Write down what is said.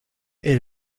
est